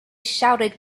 shouted